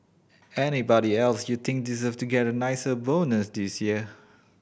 anybody else you think deserve to get a nicer bonus this year